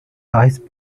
ice